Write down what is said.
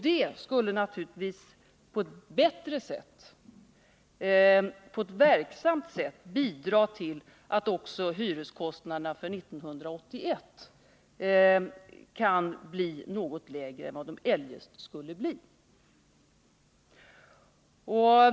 Det skulle naturligtvis på ett verksamt sätt bidra till att också hyreskostnaderna för 1981 kan bli något lägre än de eljest skulle bli.